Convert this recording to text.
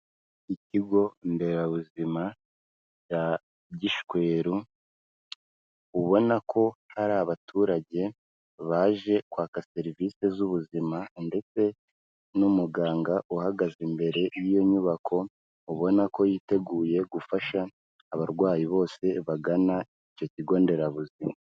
Ikigo nderabuzima cya Gishweru, ubona ko hari abaturage baje kwaka serivisi z'ubuzima ndetse n'umuganga uhagaze imbere y'iyo nyubako, ubona ko yiteguye gufasha abarwayi bose bagana icyo kigo nderabuzima.